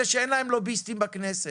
אלו שאין להם לוביסטים בכנסת